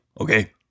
okay